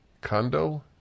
condo